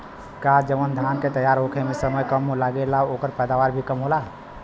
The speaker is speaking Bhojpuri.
का जवन धान के तैयार होखे में समय कम लागेला ओकर पैदवार भी कम होला?